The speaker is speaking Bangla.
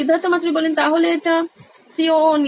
Siddharth Maturi C E O নোইন ইলেকট্রনিক্স তাহলে এটা